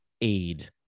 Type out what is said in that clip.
aid